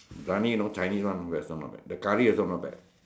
Briyani you know Chinese one not bad not bad the curry one also not bad